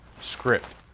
script